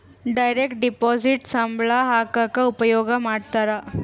direct deposit ಸಂಬಳ ಹಾಕಕ ಉಪಯೋಗ ಮಾಡ್ತಾರ